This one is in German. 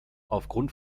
aufgrund